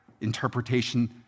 interpretation